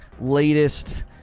latest